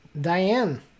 diane